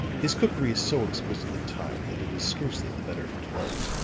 his cookery is so exquisitely timed that it is scarcely the better for delay.